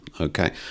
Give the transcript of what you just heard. Okay